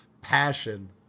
passion